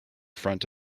front